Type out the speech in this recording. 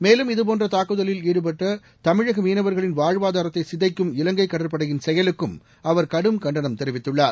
மேலும் இதபோன்ற தாக்குதலில் ஈடபட்டு தமிழக மீனவர்களின் வாழ்வாதாரத்தை சிதைக்கும் இலங்கை கடற்படையின் செயலுக்கும் அவர் கடும் கண்டனம் தெரிவித்துள்ளார்